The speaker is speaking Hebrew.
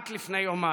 רק לפני יומיים.